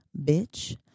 bitch